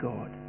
God